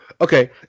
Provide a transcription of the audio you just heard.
Okay